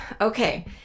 Okay